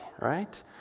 right